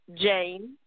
Jane